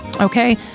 okay